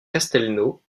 castelnau